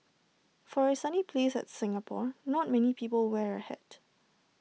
for A sunny place like Singapore not many people wear A hat